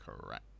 correct